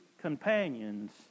companions